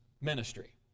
ministry